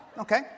okay